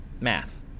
Math